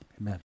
Amen